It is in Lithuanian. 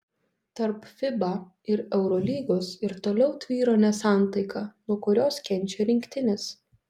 tarp fiba ir eurolygos ir toliau tvyro nesantaika nuo kurios kenčia rinktinės